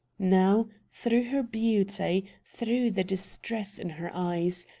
now, through her beauty, through the distress in her eyes,